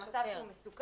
זה מצב שהוא מסוכן.